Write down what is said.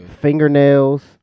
Fingernails